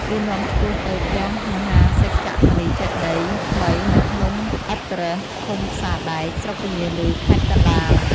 វានាំឆ្ពោះទៅព្រះមហាសក្យមុនី ចេតិយថ្មី នៅភ្នំអដ្ឋរស្ស ឃុំផ្សារដែក ស្រុកពញាឮ ខេត្តកណ្តាល។